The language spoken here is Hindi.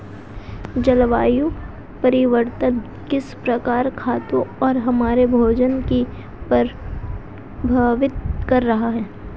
जलवायु परिवर्तन किस प्रकार खेतों और हमारे भोजन को प्रभावित कर रहा है?